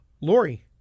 Lori